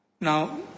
Now